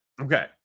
Okay